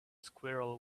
squirrel